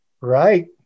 Right